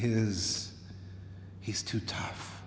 his he's too tough